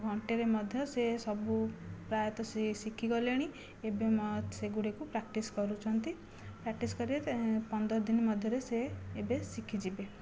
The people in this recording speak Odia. ଘଣ୍ଟେରେ ମଧ୍ୟ ସେ ସବୁ ପ୍ରାୟତଃ ସିଏ ଶିଖିଗଲେଣି ଏବେ ସେଗୁଡ଼ିକୁ ପ୍ରାକ୍ଟିସ୍ କରୁଛନ୍ତି ପ୍ରାକ୍ଟିସ୍ କରିବେ ଯେ ପନ୍ଦରଦିନ ମଧ୍ୟରେ ସେ ଏବେ ଶିଖିଯିବେ